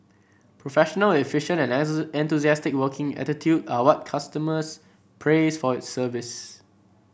professional efficient and enthusiastic working attitude are what customers praise for its service